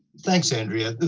thanks, andrea,